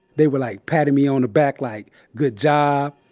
they were like patting me on the back like good job.